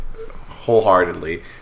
wholeheartedly